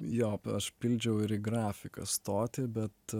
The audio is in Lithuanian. jo aš pildžiau ir į grafiką stotį bet